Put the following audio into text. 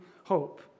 hope